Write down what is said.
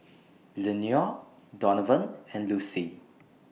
Lenore Donavan and Lucy